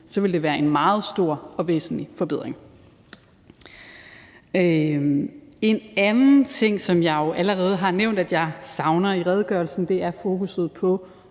så ville det være en meget stor og væsentlig forbedring. En anden ting, som jeg allerede har nævnt at jeg savner i redegørelsen, er fokusset på